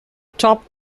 top